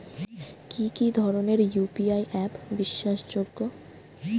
কি কি ধরনের ইউ.পি.আই অ্যাপ বিশ্বাসযোগ্য?